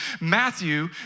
Matthew